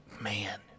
Man